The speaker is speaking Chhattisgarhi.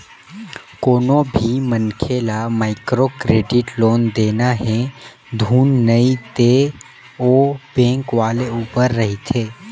कोनो भी मनखे ल माइक्रो क्रेडिट लोन देना हे धुन नइ ते ओ बेंक वाले ऊपर रहिथे